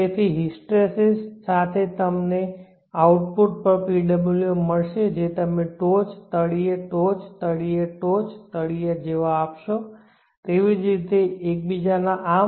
તેથી હિસ્ટ્રેસિસ સાથે તમને આઉટપુટ પર PWM મળશે જે તમે ટોચ તળિયે ટોચ તળિયે ટોચ તળિયા જેવા આપશો તેવી જ રીતે એકબીજાના આર્મ